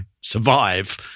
survive